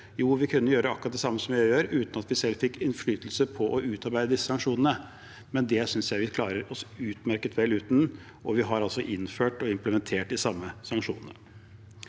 Jo, vi kunne gjort akkurat det samme som EU gjør, uten at vi selv fikk innflytelse på å utarbeide disse sanksjonene, men det synes jeg vi klarer oss utmerket vel uten, og vi har altså innført og implementert de samme sanksjonene.